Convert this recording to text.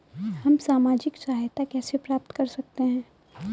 हम सामाजिक सहायता कैसे प्राप्त कर सकते हैं?